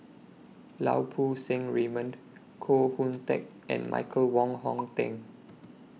Lau Poo Seng Raymond Koh Hoon Teck and Michael Wong Hong Teng